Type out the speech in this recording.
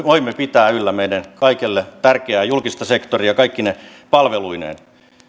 voimme pitää yllä meidän kaikille tärkeää julkista sektoria kaikkine palveluineen